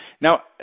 Now